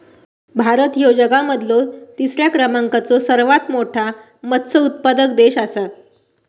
भारत ह्यो जगा मधलो तिसरा क्रमांकाचो सर्वात मोठा मत्स्य उत्पादक देश आसा